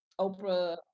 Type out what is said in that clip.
Oprah